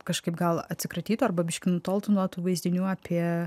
kažkaip gal atsikratytų arba biškį nutoltų nuo tų vaizdinių apie